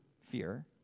fear